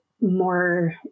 more